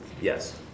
Yes